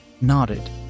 nodded